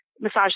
massage